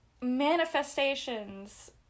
manifestations